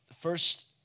first